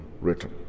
written